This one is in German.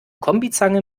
kombizange